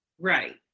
Right